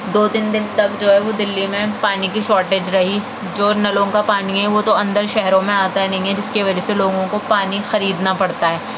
دو تین دن تک جو ہے وہ دلی میں پانی کی شارٹیج رہی جو نلوں کا پانی ہے وہ تو اندر شہروں میں آتا نہیں ہے جس کے وجہ سے لوگوں کو پانی خریدنا پڑتا ہے